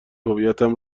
هویتم